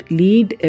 lead